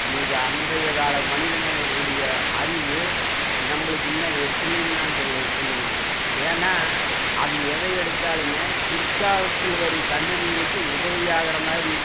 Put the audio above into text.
நீங்கள் அன்றைய காலம் மனிதனுடைய அறிவு நம்மளுக்கு இன்னும் எட்டுலையுன்தான் சொல்லு சொல்லுவங்க ஏன்னா அது எதை எடுத்தாலுமே பிற்காலத்தில் வரும் சந்ததிகளுக்கு உதவியாகிற மாதிரி